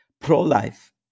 pro-life